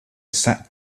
sat